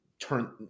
turn